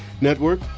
Network